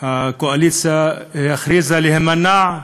הקואליציה הכריזה להימנע,